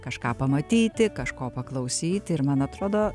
kažką pamatyti kažko paklausyti ir man atrodo